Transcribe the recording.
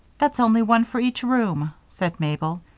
that's only one for each room, said mabel.